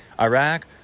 Iraq